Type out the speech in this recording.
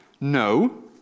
No